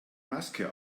maske